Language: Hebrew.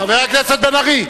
חבר הכנסת בן-ארי,